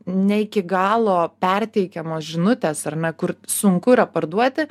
ne iki galo perteikiamos žinutės ar ne kur sunku yra parduoti